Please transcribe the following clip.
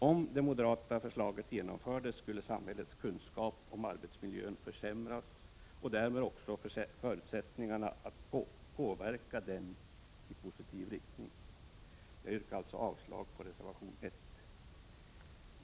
Om det moderata förslaget genomfördes, skulle samhällets kunskap om arbetsmiljön försämras och därmed också förutsättningarna att påverka den i positiv riktning. Jag yrkar avslag på reservation nr 1.